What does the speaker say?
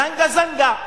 זנגה-זנגה,